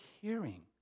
hearing